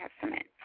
Testament